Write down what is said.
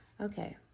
Okay